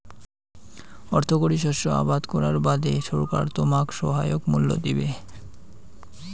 অর্থকরী শস্য আবাদ করার বাদে সরকার তোমাক সহায়ক মূল্য দিবে